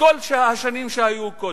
למה שהיה נהוג קודם.